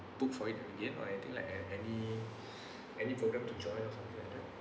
book for it again or I think like I have any any program to join or something like that